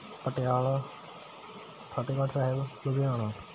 Patiala Fatehgarh Sahib Ludhiana